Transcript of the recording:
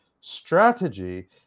strategy